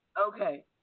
Okay